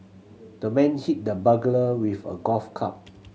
the man hit the burglar with a golf club